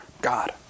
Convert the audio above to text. God